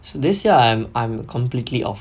so this year I'm I'm completely off